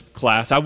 class